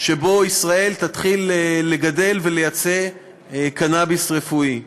לרגע שישראל תתחיל לגדל ולייצא קנאביס רפואי.